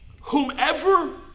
Whomever